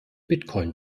bitcoin